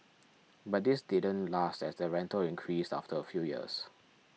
but this didn't last as the rental increased after a few years